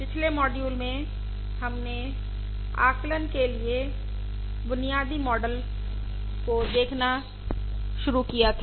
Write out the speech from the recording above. पिछले मॉड्यूल में हमने आकलन के लिए बुनियादी मॉडल को देखना शुरू किया था